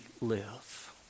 live